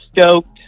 stoked